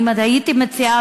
אני הייתי מציעה,